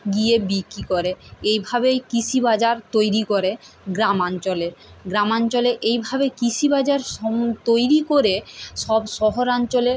গিয়ে বিক্রি করে এইভাবেই কৃষি বাজার তৈরি করে গ্রামাঞ্চলের গ্রামাঞ্চলে এইভাবে কৃষি বাজার সং তৈরি করে সব শহরাঞ্চলে